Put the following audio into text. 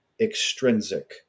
extrinsic